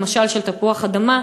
למשל של תפוח אדמה,